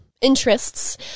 interests